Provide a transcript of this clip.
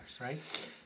right